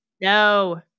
no